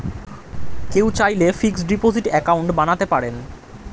কেউ চাইলে fixed deposit account বানাতে পারেন